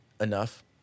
enough